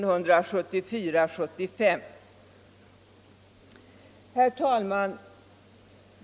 Herr talman!